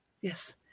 Yes